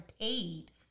paid